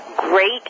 great